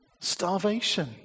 starvation